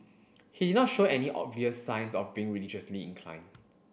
he did not show any obvious signs of being religiously inclined